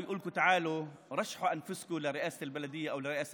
הדלת ויגיד לכן "בואו"; רוצו בבחירות לעירייה או בבחירות